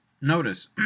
notice